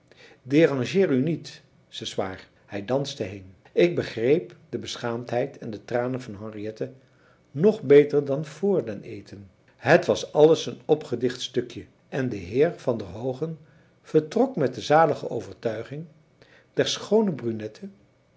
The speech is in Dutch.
dérangeer u niet à ce soir hij danste heen ik begreep de beschaamdheid en de tranen van henriette nog beter dan vr den eten het was alles een opgedicht stukje en de heer van der hoogen vertrok met de zalige overtuiging der schoone brunette